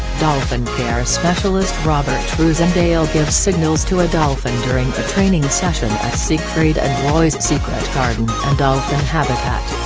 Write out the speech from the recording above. dolphin care specialist robert roozendahl gives signals to a dolphin during a training session at siegfried and roy's secret garden and dolphin habitat.